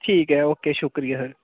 ठीक ऐ ओके शुक्रिया सर